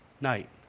night